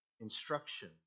instruction